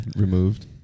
removed